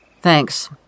Thanks